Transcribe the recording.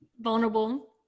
vulnerable